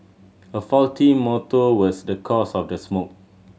a faulty motor was the cause of the smoke